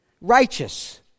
righteous